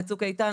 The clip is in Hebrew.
ל'צוק איתן',